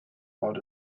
out